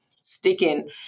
sticking